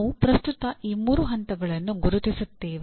ನಾವು ಪ್ರಸ್ತುತ ಆ ಮೂರು ಹಂತಗಳನ್ನು ಗುರುತಿಸುತ್ತೇವೆ